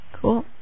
cool